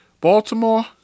Baltimore